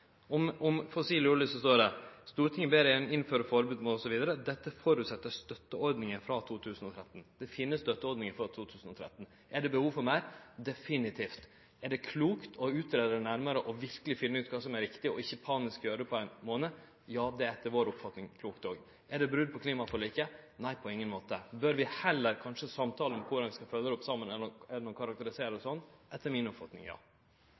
Om fossil olje står det at Stortinget ber regjeringa innføre forbod, osv. og at dette føreset at det finst støtteordningar frå 2013. Det finst støtteordningar frå 2013. Er det behov for meir? Definitivt. Er det klokt å greie ut nærare og verkeleg finne ut kva som er viktig, og ikkje panisk gjere det på ein månad? Ja, det er òg klokt etter vår oppfatning. Er det brot på klimaforliket? Nei, på ingen måte. Bør vi heller kanskje samtale om korleis vi skal følgje det opp saman, enn å karakterisere det sånn? Etter mi oppfatning: Ja.